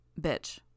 Bitch